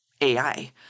AI